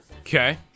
Okay